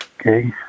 Okay